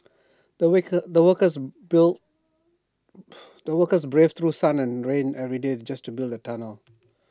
the the workers the workerbraved through sun and rain every day just to build the tunnel